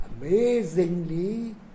Amazingly